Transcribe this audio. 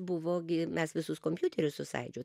buvo gi mes visus kompiuterius su sąjūdžiu